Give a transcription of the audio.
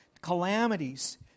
calamities